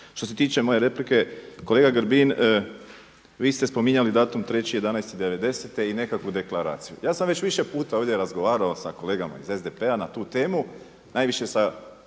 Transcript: Što se tiče moje replike kolega Grbin vi ste spominjali datum 3.11.'90. i nekakvu deklaraciju. Ja sam već više puta ovdje razgovarao sa kolegama iz SDP-a na tu temu najviše sa